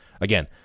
Again